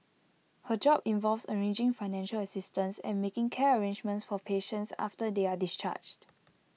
her job involves arranging financial assistance and making care arrangements for patients after they are discharged